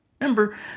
Remember